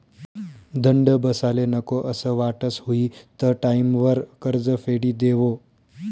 दंड बसाले नको असं वाटस हुयी त टाईमवर कर्ज फेडी देवो